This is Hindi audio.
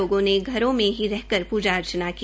लोगों ने घरों में ही रहकर प्जा अर्चना की